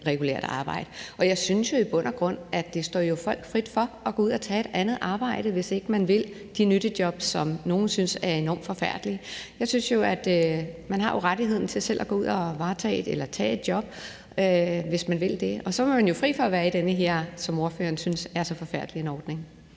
regulært arbejde. Og jeg synes jo i bund og grund, at det står folk frit for at gå ud og tage et andet arbejde, hvis man ikke vil tage de nyttejobs, som nogle synes er enormt forfærdelige. Jeg synes jo, at man har rettigheden til selv at gå ud og tage et job, hvis man vil det, for så var man jo fri for at være i den her ordning, som ordføreren synes er så forfærdeligt. Kl.